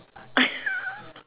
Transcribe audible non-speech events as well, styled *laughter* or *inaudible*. *laughs*